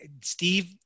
Steve